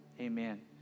Amen